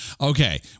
Okay